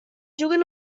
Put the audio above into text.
juguen